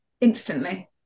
instantly